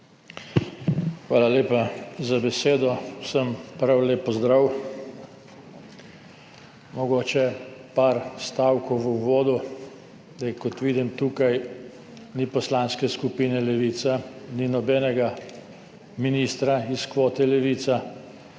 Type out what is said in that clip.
Hvala lepa za besedo. Vsem prav lep pozdrav! Mogoče par stavkov v uvodu. Kot vidim, tukaj zdaj ni Poslanske skupine Levica, ni nobenega ministra iz kvote Levica,